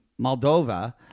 Moldova